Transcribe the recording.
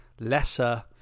lesser